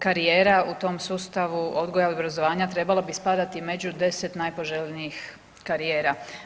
Karijera u tom sustavu odgoja i obrazovanja trebala bi spadati među 10 najpoželjnijih karijera.